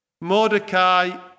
Mordecai